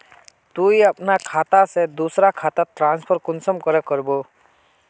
तुई अपना खाता से दूसरा खातात ट्रांसफर कुंसम करे करबो?